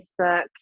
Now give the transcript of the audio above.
Facebook